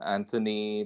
Anthony